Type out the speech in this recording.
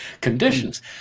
conditions